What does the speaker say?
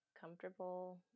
comfortable –